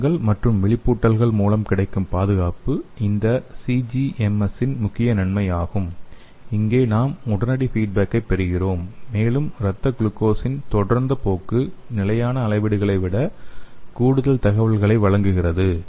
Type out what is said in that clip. அலாரங்கள் மற்றும் விழிப்பூட்டல்கள் மூலம் கிடைக்கும் பாதுகாப்பு இந்த சிஜிஎம்எஸ் இன் முக்கிய நன்மை ஆகும் இங்கே நாம் உடனடி ஃபீட்பேக்கை பெறுகிறோம் மேலும் இரத்த குளுக்கோஸின் தொடர்ந்த போக்கு நிலையான அளவீடுகளை விட கூடுதல் தகவல்களை வழங்குகிறது